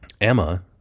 Emma